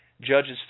Judges